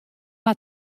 mar